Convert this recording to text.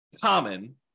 common